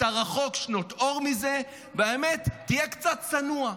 אתה רחוק שנות אור מזה, והאמת, תהיה קצת צנוע.